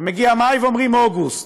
ומגיע מאי, ואומרים: אוגוסט.